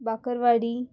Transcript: bakarwadi